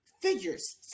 figures